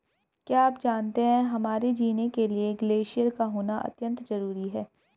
क्या आप जानते है हमारे जीने के लिए ग्लेश्यिर का होना अत्यंत ज़रूरी है?